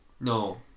No